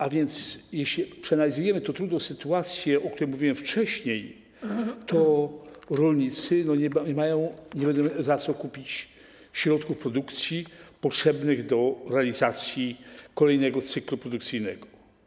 A więc jeśli przeanalizujemy tę trudną sytuację, o której mówiłem wcześniej, to zobaczymy, że rolnicy nie będą mieli za co kupić środków produkcji potrzebnych do realizacji kolejnego cyklu produkcyjnego.